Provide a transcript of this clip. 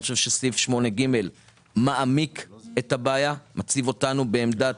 אני חושב שסעיף 8(ג) מעמיק את הבעיה ומציב אותנו בעמדת